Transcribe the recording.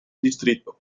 distrito